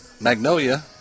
Magnolia